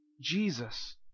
Jesus